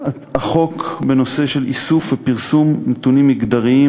החוק בנושא איסוף ופרסום נתונים מגדריים,